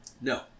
No